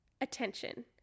Attention